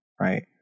right